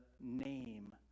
name